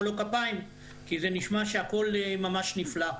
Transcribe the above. לו כפיים כי זה נשמע שהכול ממש נפלא,